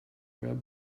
web